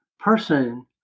Person